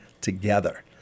together